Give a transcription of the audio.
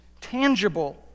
tangible